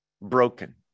broken